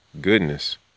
goodness